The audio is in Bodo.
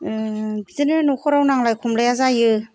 बिदिनो न'खराव नांलाय खमलाया जायो